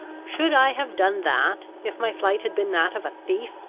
should i have done that if my flight had been that of a thief?